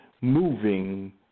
moving